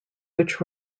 which